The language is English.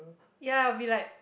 ya I'll be like